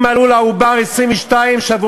אם מלאו לעובר 22 שבועות,